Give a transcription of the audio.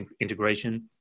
integration